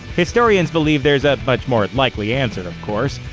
historians believe there's a much more likely answer, of course,